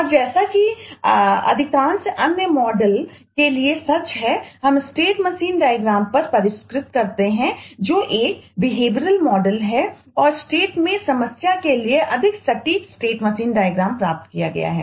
और जैसा कि अधिकांश अन्य मॉडलों प्राप्त किया गया है